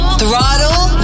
throttle